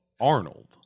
Arnold